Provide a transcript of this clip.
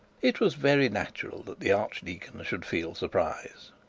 it was very natural that the archdeacons should feel surprise.